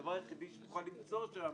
הדבר היחיד שתוכל למצוא שם